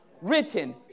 Written